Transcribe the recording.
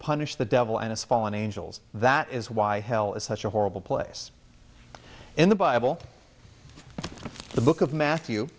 punish the devil and his fallen angels that is why hell is such a horrible place in the bible the book of matthew